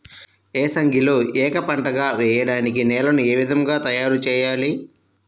ఏసంగిలో ఏక పంటగ వెయడానికి నేలను ఏ విధముగా తయారుచేయాలి?